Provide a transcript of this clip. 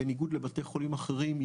בניגוד לבתי חולים אחרים,